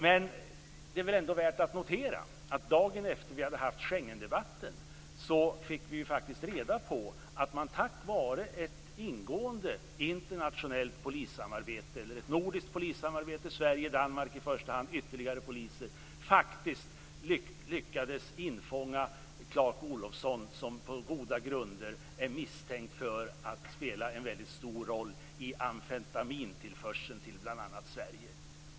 Men det är väl ändå värt att notera att dagen efter det att vi haft Schengendebatten fick vi reda på att man tack vare ett ingående nordiskt polissamarbete, i första hand mellan Sverige och Danmark, faktiskt lyckades infånga Clark Olofsson som på goda grunder är misstänkt för att spela en mycket stor roll i amfetamintillförseln till bl.a. Sverige.